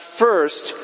first